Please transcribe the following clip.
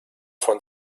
von